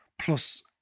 plus